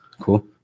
cool